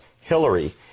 Hillary